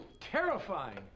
terrifying